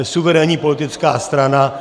Jsme suverénní politická strana.